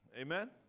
Amen